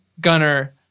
gunner